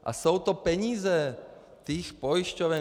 A jsou to peníze těch pojišťoven!